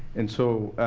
and so,